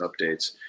updates